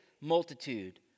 multitude